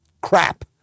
Crap